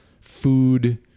food